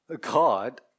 God